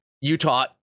Utah